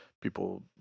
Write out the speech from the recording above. people